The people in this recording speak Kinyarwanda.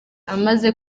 amaze